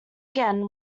again